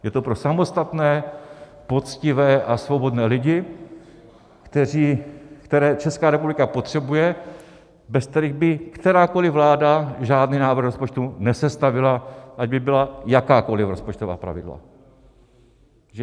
Je to pro samostatné, poctivé a svobodné lidi, které Česká republika potřebuje, bez kterých by kterákoli vláda žádný návrh rozpočtu nesestavila, ať by byla jakákoli rozpočtová pravidla.